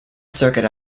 circuit